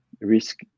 risk